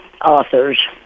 authors